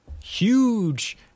huge